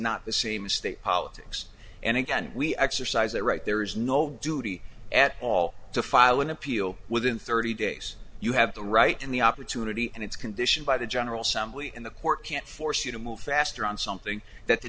not the same state politics and again we exercise that right there is no duty at all to file an appeal within thirty days you have the right and the opportunity and it's condition by the general somebody and the court can't force you to move faster on something that the